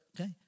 Okay